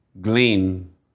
glean